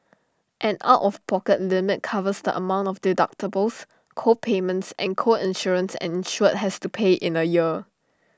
an out of pocket limit covers the amount of deductibles co payments and co insurance an insured has to pay in A year